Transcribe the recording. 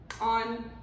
on